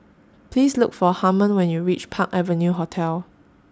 Please Look For Harmon when YOU REACH Park Avenue Hotel